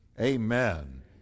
Amen